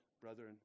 brethren